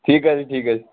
ঠিক আছে ঠিক আছে